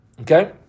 okay